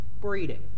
breeding